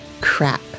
Crap